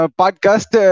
podcast